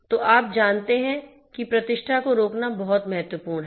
तो आप जानते हैं कि प्रतिष्ठा को रोकना बहुत महत्वपूर्ण है